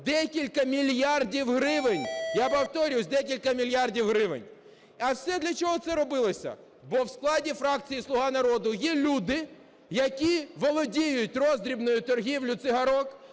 декілька мільярдів гривень. Я повторююсь, декілька мільярдів гривень. А все для чого це робилося? Бо в складі фракції "Слуга народу" є люди, які володіють роздрібною торгівлею цигарок,